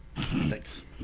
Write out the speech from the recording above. Thanks